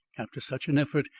after such an effort,